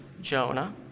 Jonah